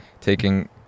taking